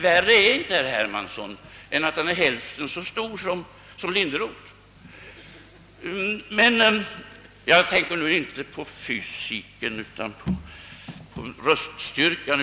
Värre är inte herr Hermansson än att han är hälften så stor som Linderot var. Jag tänker inte på fysiken utan på röststyrkan.